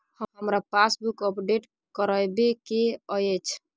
हमरा passbook update करैबे के अएछ?